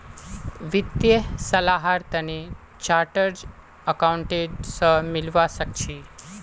वित्तीय सलाहर तने चार्टर्ड अकाउंटेंट स मिलवा सखे छि